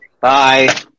Bye